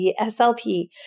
SLP